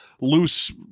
loose